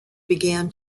began